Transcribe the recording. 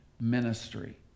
ministry